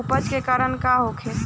अपच के कारण का होखे?